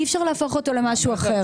אי אפשר להפוך אותו למשהו אחר.